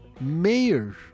Mayor